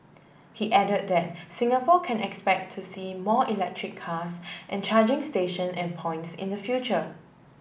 he added that Singapore can expect to see more electric cars and charging station and points in the future